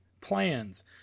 plans